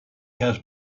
has